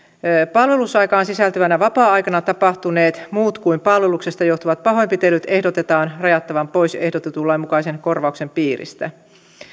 palvelusaikaan sisältyvänä vapaa aikana tapahtuneet muut kuin palveluksesta johtuvat pahoinpitelyt ehdotetaan rajattavan pois ehdotetun lain mukaisen korvauksen piiristä